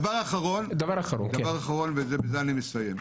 דבר אחרון, ובזה אני מסיים,